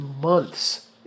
months